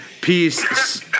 Peace